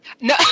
No